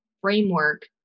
framework